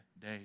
day